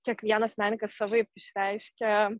kiekvienas menininkas savaip išreiškia